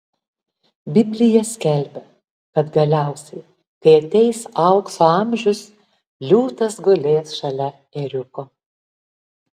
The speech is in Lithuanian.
biblija skelbia kad galiausiai kai ateis aukso amžius liūtas gulės šalia ėriuko